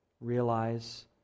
realize